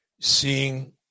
seeing